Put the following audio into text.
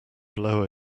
blow